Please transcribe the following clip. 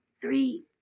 three